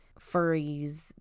furries